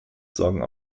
sorgen